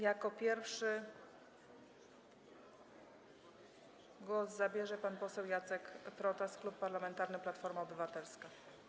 Jako pierwszy głos zabierze pan poseł Jacek Protas, Klub Parlamentarny Platforma Obywatelska.